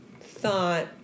thought